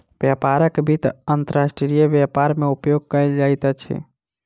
व्यापारक वित्त अंतर्राष्ट्रीय व्यापार मे उपयोग कयल जाइत अछि